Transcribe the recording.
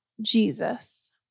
Jesus